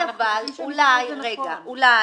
בגלל